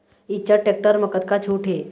Eicher tractor म कतका छूट हे?